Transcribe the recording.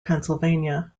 pennsylvania